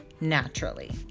naturally